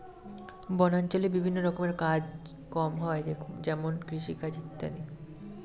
বনাঞ্চলে বিভিন্ন রকমের কাজ কম হয় যেমন কৃষিকাজ ইত্যাদি